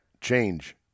change